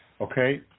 Okay